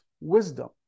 wisdom